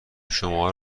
شماها